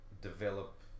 develop